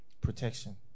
Protection